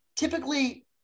typically